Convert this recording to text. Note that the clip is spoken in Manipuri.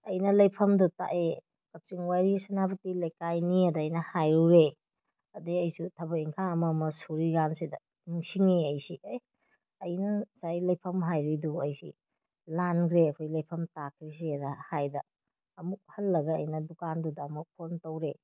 ꯑꯩꯅ ꯂꯩꯐꯝꯗꯣ ꯇꯥꯛꯑꯦ ꯀꯛꯆꯤꯡ ꯋꯥꯏꯔꯤ ꯁꯅꯥ ꯄꯨꯈꯤ ꯂꯩꯀꯥꯏꯅꯤ ꯑꯗ ꯑꯩꯅ ꯍꯥꯏꯔꯨꯔꯦ ꯑꯗꯩ ꯑꯩꯁꯨ ꯊꯕꯛ ꯏꯪꯈꯥꯡ ꯑꯃ ꯑꯃ ꯁꯨꯔꯤꯀꯥꯟꯁꯤꯗ ꯅꯤꯡꯁꯤꯡꯉꯛꯑꯦ ꯑꯩꯁꯤ ꯑꯦ ꯑꯩꯅ ꯉꯁꯥꯏ ꯂꯩꯐꯝ ꯍꯥꯏꯔꯨꯏꯗꯨ ꯑꯩꯁꯤ ꯂꯥꯟꯈ꯭ꯔꯦ ꯑꯩꯈꯣꯏ ꯂꯩꯐꯝ ꯇꯥꯛꯀꯤꯁꯤꯗꯅ ꯍꯥꯏꯗꯅ ꯑꯃꯨꯛ ꯍꯜꯂꯒ ꯑꯩꯅ ꯗꯨꯀꯥꯟꯗꯨꯗ ꯑꯃꯨꯛ ꯐꯣꯟ ꯇꯧꯔꯦ